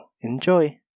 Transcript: enjoy